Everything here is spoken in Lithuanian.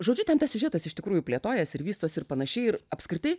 žodžiu ten tas siužetas iš tikrųjų plėtojasi ir vystosi ir panašiai ir apskritai